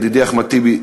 ידידי אחמד טיבי,